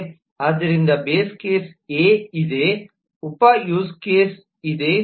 ಆದ್ದರಿಂದ base case ಎ ಇದೆ ಉಪ ಯೂಸ್ ಕೇಸ್ವಿದೆ